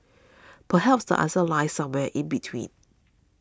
perhaps the answer lies somewhere in between